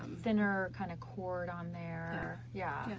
thinner, kind of cord on there, yeah.